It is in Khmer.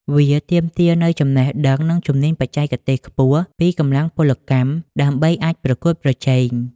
វាទាមទារនូវចំណេះដឹង និងជំនាញបច្ចេកទេសខ្ពស់ ពីកម្លាំងពលកម្ម ដើម្បីអាចប្រកួតប្រជែង។